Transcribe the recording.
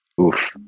Oof